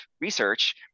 research